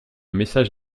message